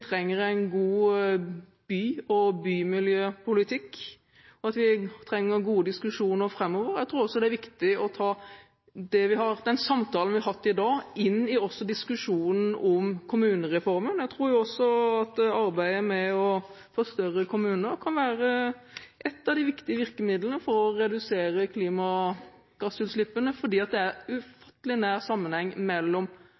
trenger en god by- og bymiljøpolitikk, og at vi trenger gode diskusjoner framover. Jeg tror også det er viktig å ta den samtalen vi har hatt i dag, inn i diskusjonen om Kommunereformen. Arbeidet med å få større kommuner kan være et av de viktige virkemidlene for å få redusert klimagassutslippene. Det er